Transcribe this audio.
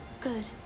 Good